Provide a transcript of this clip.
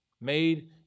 made